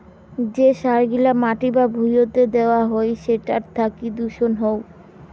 যে সার গিলা মাটি বা ভুঁইতে দেওয়া হই সেটার থাকি দূষণ হউ